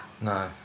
No